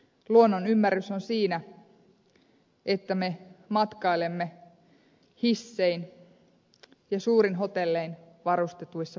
luonnon ymmärtäminen on siinä että me matkailemme hissein ja suurin hotellein varustetuissa paikoissa